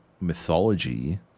mythology